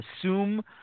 assume